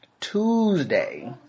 Tuesday